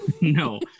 No